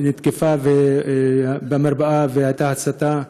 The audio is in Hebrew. שהותקפה במרפאה והייתה הצתה.